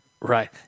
Right